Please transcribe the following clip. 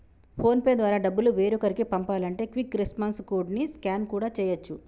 phone pay ద్వారా డబ్బులు వేరొకరికి పంపాలంటే క్విక్ రెస్పాన్స్ కోడ్ ని స్కాన్ కూడా చేయచ్చు